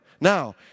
Now